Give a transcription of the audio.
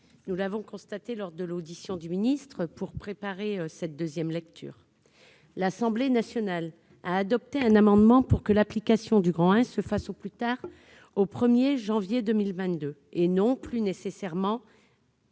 Nous l'avons constaté lors de l'audition de M. le secrétaire d'État pour préparer cette deuxième lecture. L'Assemblée nationale a adopté un amendement pour que l'application du I se fasse au plus tard au 1 janvier 2022, et non plus nécessairement